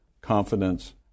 confidence